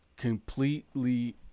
completely